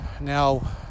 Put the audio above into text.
Now